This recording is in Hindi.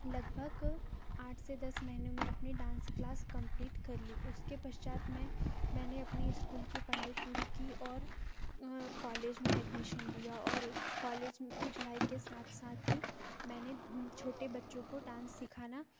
लगभग आठ से दस महीने में अपनी डांस क्लास कंप्लीट कर ली उसके पश्चात मैं मैंने अपनी स्कूल की पढ़ाई पूरी की और कॉलेज में एडमिशन लिया और उस कॉलेज की पढ़ाई के साथ साथ ही मैंने छोटे बच्चों को डांस सिखाना